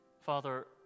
Father